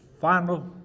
final